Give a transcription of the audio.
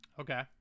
okay